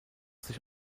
sich